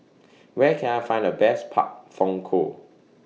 Where Can I Find The Best Pak Thong Ko